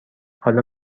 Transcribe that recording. حالا